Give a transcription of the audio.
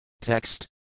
Text